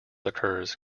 occurs